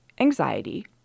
anxiety